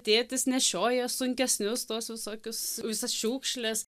tėtis nešioja sunkesnius tuos visokius visas šiukšles